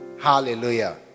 Hallelujah